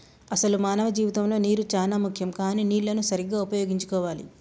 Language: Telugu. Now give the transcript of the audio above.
అసలు మానవ జీవితంలో నీరు చానా ముఖ్యం కానీ నీళ్లన్ను సరీగ్గా ఉపయోగించుకోవాలి